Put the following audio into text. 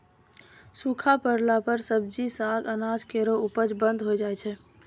सूखा परला पर सब्जी, साग, अनाज केरो उपज बंद होय जाय छै